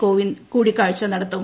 കോവിന്ദ് കൂടിക്കാഴ്ച നടത്തും